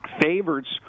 Favorites